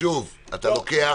שוב אתה לוקח